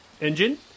Engine